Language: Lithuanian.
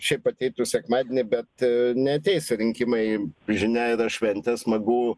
šiaip ateitų sekmadienį bet neateis rinkimai žinia yra šventė smagu